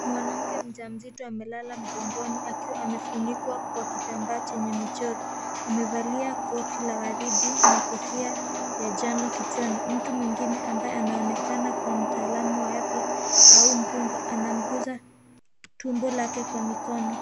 Mwanamke mjamzito amelala mgongoni akiwa amefunikwa kwa kitambaa chenye michoro. Amevalia koti la waridi na kofia ya njano kichwani. Mtu mwingine anaonekana kuwa mtaalamu wa afya au mkunga anamugusa tumbo lake kwa mikono.